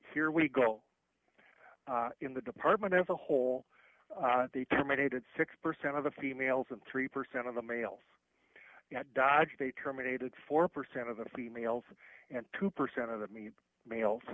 here we go in the department as a whole they terminated six percent of the females and three percent of the males dodge they terminated four percent of the females and two percent of that many males